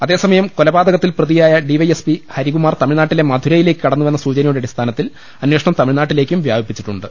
അതേസമയം കൊലപാതകത്തിൽ പ്രതിയായ D Y S P Harikumar തമിഴ്നാട്ടിലെ മധുരയിലേക്ക് കടന്നുവെന്ന സൂച നയുടെ അടിസ്ഥാനത്തിൽ അന്വേഷണം ൃതമിഴ്നാട്ടിലേക്കും വ്യാപിപ്പിച്ചിട്ടുണ്ട്